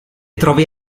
trovi